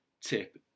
tip